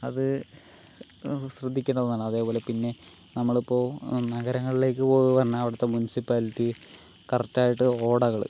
അത് ശ്രദ്ധിക്കേണ്ടതാണ് അതേപോലെ പിന്നെ നമ്മളിപ്പോൾ നഗരങ്ങളിലേക്ക് പോകാമെന്ന് പറഞ്ഞാൽ അവിടത്തെ മുൻസിപ്പാലിറ്റി കറക്ടായിട്ട് ഓടകള്